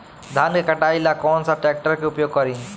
धान के कटाई ला कौन सा ट्रैक्टर के उपयोग करी?